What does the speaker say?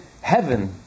Heaven